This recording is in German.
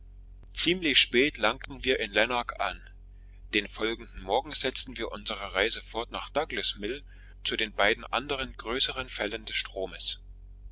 ziemlich spät langten wie in lanark an den folgenden morgen setzten wir unsere reise fort nach douglasmill zu den beiden anderen größeren fällen des stroms